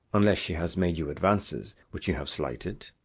unless she has made you advances which you have slighted?